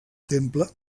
temple